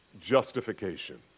justification